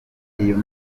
iyo